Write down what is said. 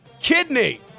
kidney